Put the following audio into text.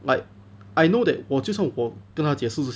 like I know that 我就算跟他解释